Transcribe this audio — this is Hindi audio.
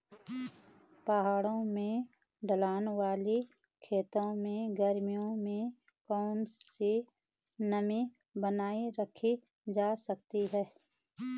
पहाड़ों में ढलान वाले खेतों में गर्मियों में कैसे नमी बनायी रखी जा सकती है?